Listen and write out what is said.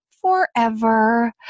forever